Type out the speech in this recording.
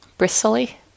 Bristly